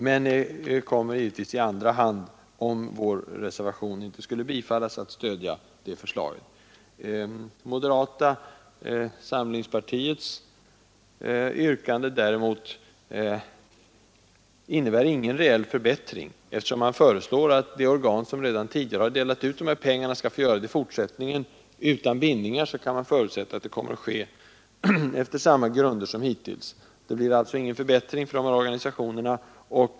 Men vi kommer givetvis att i andra hand, om vår reservation inte skulle bifallas, att stödja det förslaget. Moderata samlingspartiets yrkande däremot innebär ingen reell förbättring. Eftersom man föreslår att de organ som redan tidigare har delat ut dessa pengar skall få göra det i fortsättningen utan bindningar, kan man förutsätta att det kommer att ske efter samma grunder som hittills. Det blir alltså ingen förbättring för dessa organisationer.